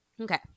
Okay